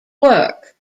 work